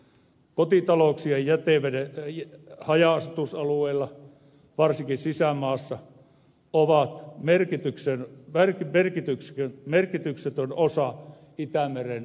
kotitalouksien jätevedet haja asutusalueilla varsinkin sisämaassa ovat merkityksetön osa itämeren päästökuormituksesta